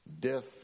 death